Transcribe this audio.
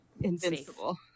invincible